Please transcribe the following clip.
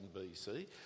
BC